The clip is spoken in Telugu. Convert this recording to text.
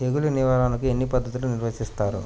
తెగులు నిర్వాహణ ఎన్ని పద్ధతులలో నిర్వహిస్తారు?